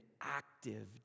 active